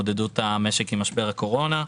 יש לנו פניות שקשורות להתמודדות עם נגיף הקורונה.